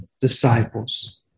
disciples